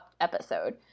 episode